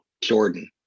Jordan